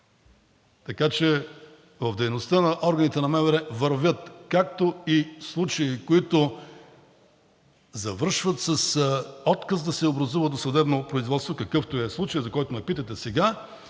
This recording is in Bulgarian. дейност. В дейността на органите на МВР вървят както случаи, които завършват с отказ да се образува досъдебно производство, какъвто е случаят, за който ме питате сега,